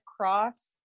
cross